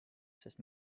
sest